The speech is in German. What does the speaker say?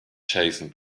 jason